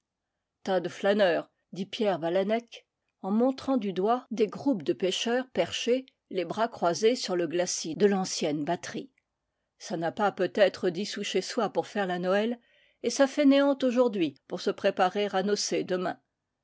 du doigt des groupes de pêcheurs perchés les bras croisés sur le glacis de l'ancienne batterie ça n'a pas peut-être dix sous chez soi pour faire la noël et ça fainéante aujo urd'hui pour se préparer à nocer demain